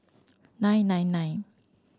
nine nine nine